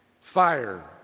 fire